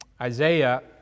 Isaiah